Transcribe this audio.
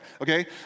okay